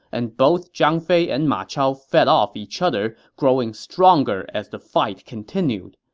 and both zhang fei and ma chao fed off each other, growing stronger as the fight continued.